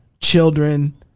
children